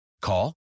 Call